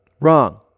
Wrong